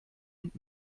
und